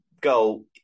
goal